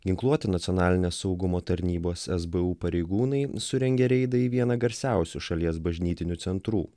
ginkluoti nacionalinės saugumo tarnybos sbu pareigūnai surengė reidą į vieną garsiausių šalies bažnytinių centrų